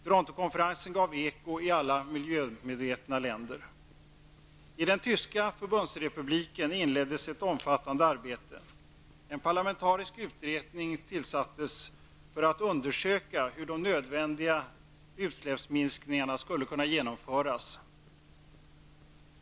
Torontokonferensen gav eko i alla miljömedvetna länder. I den tyska förbundsrepubliken inleddes ett omfattande arbete. En parlamentarisk utredning tillsattes för att undersöka hur de nödvändiga utsläppsminskningarna skulle kunna genomföras.